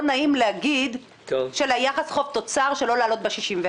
נעים להגיד של היחס חוב תוצר שלא לעלות ב-61%?